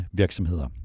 virksomheder